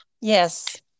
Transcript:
yes